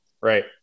Right